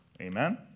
Amen